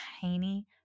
tiny